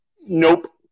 Nope